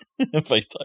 FaceTime